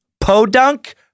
Podunk